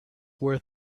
where